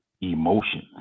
emotions